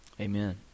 Amen